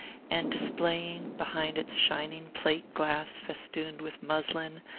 and displaying, behind its shining plate-glass festooned with muslin,